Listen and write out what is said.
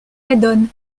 adonne